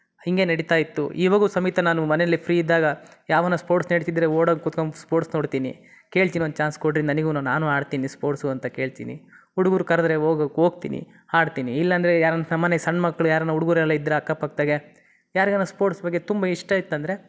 ಹೀಗೇ ನಡೀತಾ ಇತ್ತು ಇವಾಗೂ ಸಮೇತ ನಾನು ಮನೆಯಲ್ಲಿ ಫ್ರೀ ಇದ್ದಾಗ ಯಾವ್ದನೋ ಸ್ಪೋರ್ಟ್ಸ್ ನಡೀತಿದ್ದರೆ ಓಡೋಗಿ ಕುತ್ಕೊಂಡು ಸ್ಪೋರ್ಟ್ಸ್ ನೋಡ್ತೀನಿ ಕೇಳ್ತೀನಿ ಒಂದು ಚಾನ್ಸ್ ಕೊಡಿರಿ ನನಗೂ ನಾನೂ ಆಡ್ತೀನಿ ಸ್ಪೋರ್ಟ್ಸು ಅಂತ ಕೇಳ್ತೀನಿ ಹುಡುಗರು ಕರೆದ್ರೆ ಹೋಗೋಕ್ಕೆ ಹೋಗ್ತೀನಿ ಆಡ್ತೀನಿ ಇಲ್ಲಾಂದರೆ ಯಾರು ನಮ್ಮನೆ ಸಣ್ಣ ಮಕ್ಕಳು ಯಾರಾರೂ ಹುಡ್ಗರು ಎಲ್ಲ ಇದ್ದರೆ ಅಕ್ಕಪಕ್ಕದಾಗೆ ಯಾರಿಗಾರ ಸ್ಪೋರ್ಟ್ಸ್ ಬಗ್ಗೆ ತುಂಬ ಇಷ್ಟ ಇತ್ತಂದರೆ